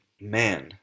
man